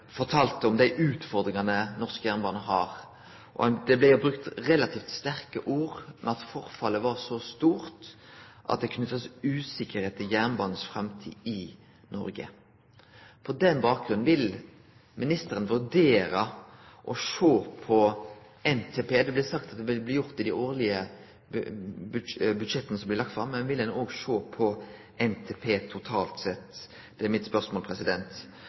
fortalde om dei utfordringane norsk jernbane har. Det blei brukt relativt sterke ord, som at forfallet var så stort at det var knytt usikkerheit til framtida til jernbanen i Noreg. På den bakgrunnen, vil ministeren vurdere å sjå på NTP? Det blei sagt at det vil bli gjort i dei årlege budsjetta som blir lagde fram, men vil ein òg sjå på NTP totalt sett? Det er spørsmålet mitt.